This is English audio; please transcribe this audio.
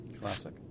Classic